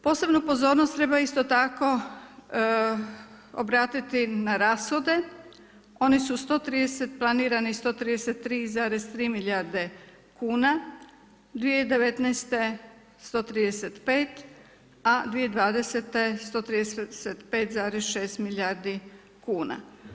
Posebnu pozornost treba isto tako obratiti na rashode, oni su 130 planirani 133,3 milijarde kuna, 2019. 135, a 2020. 135,6 milijardi kuna.